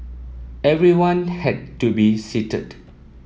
everyone had to be seated